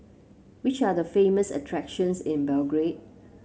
which are the famous attractions in Belgrade